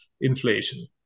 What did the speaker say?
inflation